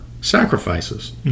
sacrifices